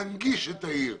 להנגיש את העיר,